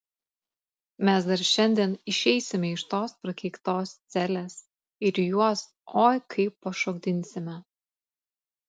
mes dar šiandien išeisime iš tos prakeiktos celės ir juos oi kaip pašokdinsime